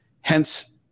Hence